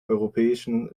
europäischen